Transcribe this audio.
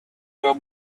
your